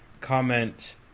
comment